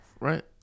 right